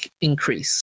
increase